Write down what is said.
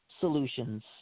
solutions